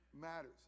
matters